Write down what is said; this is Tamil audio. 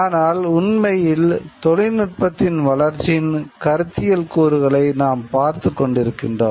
ஆனால் உண்மையில் தொழில்நுட்பத்தின் வளர்ச்சியின் கருத்தியல் கூறுகளை நாம் பார்த்துக் கொண்டிருக்கின்றோம்